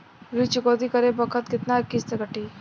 ऋण चुकौती करे बखत केतना किस्त कटी?